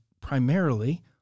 primarily